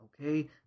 okay